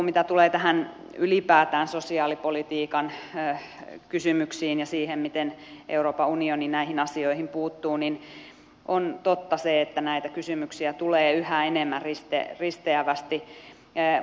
mitä tulee ylipäätään sosiaalipolitiikan kysymyksiin ja siihen miten euroopan unioni näihin asioihin puuttuu niin on totta se että näitä kysymyksiä tulee yhä enemmän risteävästi